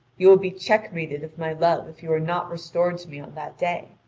you will be checkmated of my love if you are not restored to me on that day.